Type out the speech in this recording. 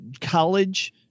college